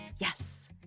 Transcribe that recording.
Yes